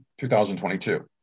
2022